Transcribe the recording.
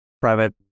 private